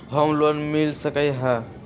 Home loan मिल सकलइ ह?